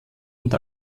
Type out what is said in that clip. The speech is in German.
und